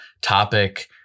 topic